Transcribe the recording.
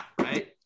Right